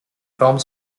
forme